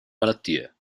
malattie